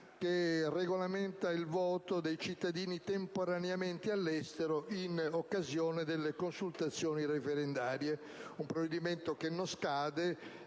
che regolamenta il voto dei cittadini temporaneamente all'estero in occasione delle consultazioni referendarie: un provvedimento che non scade